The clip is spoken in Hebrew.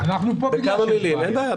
אנחנו פה בגלל שיש בעיה.